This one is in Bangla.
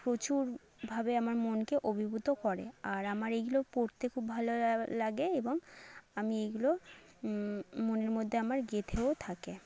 প্রচুরভাবে আমার মনকে অভিভূত করে আর আমার এইগুলো পড়তে খুব ভালো লাগে এবং আমি এগুলো মনের মধ্যে আমার গেঁথেও থাকে